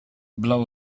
blow